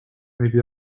maybe